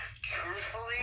Truthfully